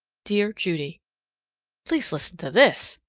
dear judy please listen to this!